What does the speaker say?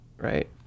right